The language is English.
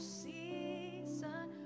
season